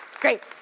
Great